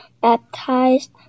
baptized